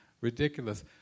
ridiculous